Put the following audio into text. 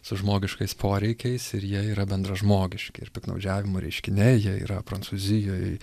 su žmogiškais poreikiais ir jie yra bendražmogiški ir piktnaudžiavimo reiškiniai jie yra prancūzijoj